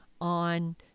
on